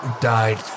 died